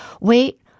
wait